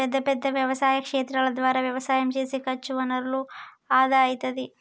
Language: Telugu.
పెద్ద పెద్ద వ్యవసాయ క్షేత్రాల ద్వారా వ్యవసాయం చేస్తే ఖర్చు వనరుల ఆదా అయితది